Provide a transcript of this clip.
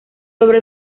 sobre